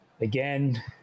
Again